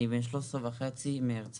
אני בן 13 וחצי מהרצליה.